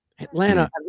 Atlanta